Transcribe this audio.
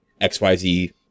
XYZ